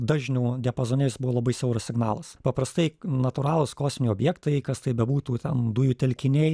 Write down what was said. dažnių diapazone jis buvo labai siauras signalas paprastai natūralūs kosminiai objektai kas tai bebūtų ten dujų telkiniai